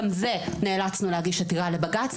גם בזה נאלצנו להגיש עתירה לבג"ץ.